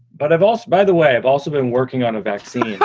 but i've also, by the way, i've also been working on a vaccine.